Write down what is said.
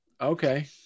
Okay